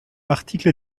article